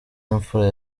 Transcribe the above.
imfura